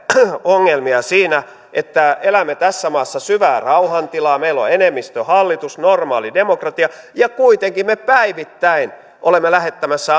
ongelmia siinä että elämme tässä maassa syvää rauhantilaa meillä on enemmistöhallitus normaali demokratia ja kuitenkin me päivittäin olemme lähettämässä